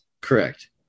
Correct